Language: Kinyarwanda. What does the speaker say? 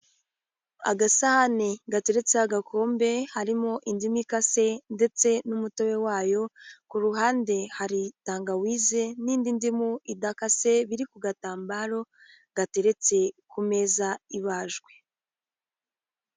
Agasahane gateretseho agakombe, harimo indimu ikase ndetse n'umutobe wayo, ku ruhande hari tangawize n'indi ndimu idakase, biri ku gatambaro gateretse ku meza ibajwe.